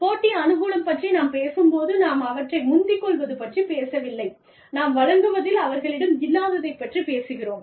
போட்டி அனுகூலம் பற்றி நாம் பேசும்போது நாம் அவற்றை முந்திக்கொள்வது பற்றிப் பேசவில்லை நாம் வழங்குவதில் அவர்களிடம் இல்லாததைப் பற்றிப் பேசுகிறோம்